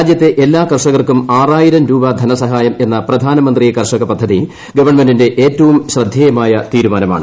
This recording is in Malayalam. രാജ്യത്തെ എല്ലാ കർഷകർക്കും ആറായിരം രൂപ ധനസഹായമെന്ന പ്രധാനമന്ത്രി കർഷ പദ്ധതി ഗവൺമെന്റിന്റെ ഏറ്റവും ശ്രദ്ധേയമായ തീരുമാനമാണ്